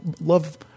love